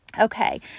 Okay